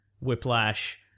Whiplash